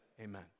Amen